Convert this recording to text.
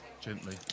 gently